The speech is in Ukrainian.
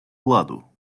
владу